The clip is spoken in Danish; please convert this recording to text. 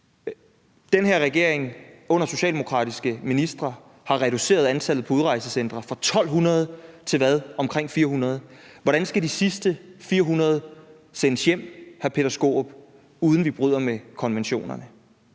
Den her regering med socialdemokratiske ministre har reduceret antallet på udrejsecentre fra 1.200 til omkring 400. Hvordan skal de sidste 400 sendes hjem, hr. Peter Skaarup, uden at vi bryder med konventionerne?